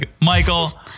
Michael